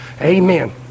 Amen